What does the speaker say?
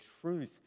truth